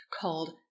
called